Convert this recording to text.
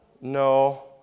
no